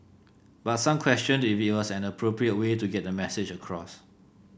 but some questioned if it was an appropriate way to get the message across